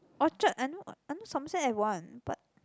Orchard I know I know Somerset have one but